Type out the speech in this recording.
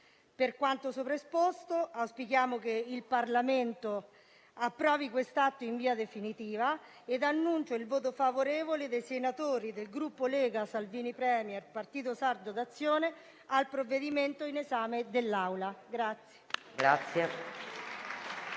Per quanto sopra esposto, auspichiamo che il Parlamento approvi quest'atto in via definitiva ed annuncio il voto favorevole dei senatori del Gruppo Lega-Salvini Premier-Partito Sardo d'Azione al provvedimento in esame.